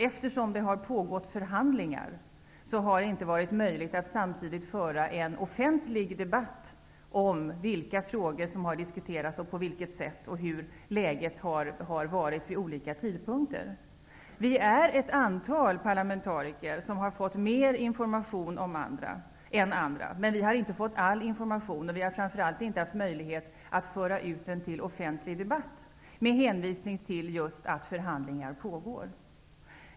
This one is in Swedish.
Eftersom det har pågått förhandlingar har det inte varit möjligt att samtidigt föra en offentlig debatt om vilka frågor som har diskuterats och på vilket sätt samt hur läget har varit vid olika tidpunkter. Vi är ett antal parlamentariker som har fått mer information än andra, men vi har inte fått all information. Vi har framför allt inte haft möjlighet att föra ut den till offentlig debatt med hänvisning till att förhandlingar pågår.